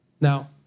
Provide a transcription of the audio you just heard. Now